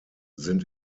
sind